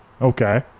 Okay